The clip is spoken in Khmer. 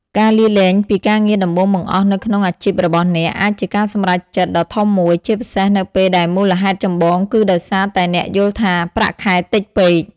ការលាលែងពីការងារដំបូងបង្អស់នៅក្នុងអាជីពរបស់អ្នកអាចជាការសម្រេចចិត្តដ៏ធំមួយ ជាពិសេសនៅពេលដែលមូលហេតុចម្បងគឺដោយសារតែអ្នកយល់ថា ប្រាក់ខែតិចពេក។